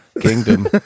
kingdom